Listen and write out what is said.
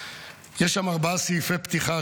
יש שם ארבעה סעיפי פתיחה,